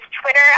Twitter